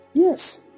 Yes